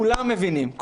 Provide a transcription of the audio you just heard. כולם מבינים,